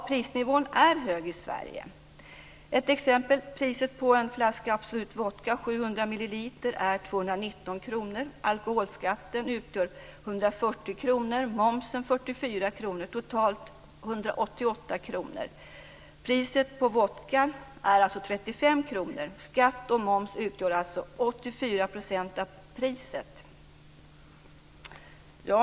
Prisnivån är hög i Sverige. T.ex. är priset på en flaska Absolut vodka 700 ml 219 kr. Alkoholskatten utgör 140 kr och momsen 44 kr, dvs. totalt 184 kr. Priset på vodkan är alltså 35 kr. Skatt och moms utgör 84 % av priset.